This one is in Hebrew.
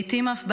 לעיתים אף ביישן.